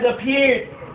appeared